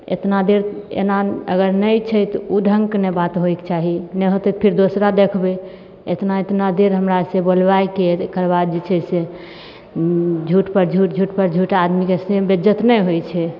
एतना देर एना अगर नहि छै तऽ ओ ढंगके ने बात होइके चाही नहि होतै तऽ फेर दोसरा देखबै एतना एतना देर हमरा ऐसे बोलाइके एकर बाद जे छै से झूठ पर झूठ झूठ पर झूठ आदमीके से बेज्जैत नहि होइ छै